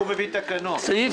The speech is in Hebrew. מהצד